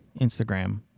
Instagram